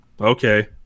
okay